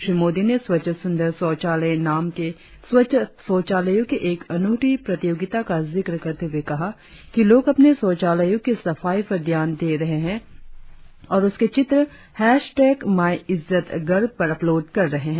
श्री मोदी ने स्वच्छ सुंदर शौचालय नाम के स्वच्छ शौचालयों की एक अनूठी प्रतियोगिता का जिक्र करते हुए कहा कि लोग अपने शौचालयों की सफाई पर ध्यान दे रहे हैं और उसके चित्र हैशटैग माईइज्जतघर पर अपलोड कर रहे हैं